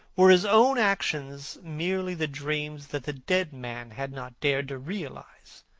were his own actions merely the dreams that the dead man had not dared to realize?